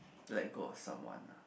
let go of someone ah